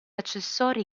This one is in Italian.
accessori